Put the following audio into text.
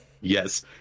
Yes